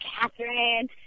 Catherine